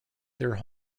their